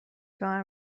کار